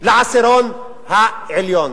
לעשירון העליון.